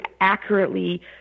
accurately